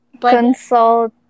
Consult